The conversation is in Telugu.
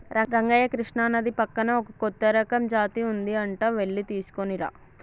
రంగయ్య కృష్ణానది పక్కన ఒక కొత్త రకం జాతి ఉంది అంట వెళ్లి తీసుకురానా